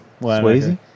Swayze